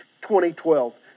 2012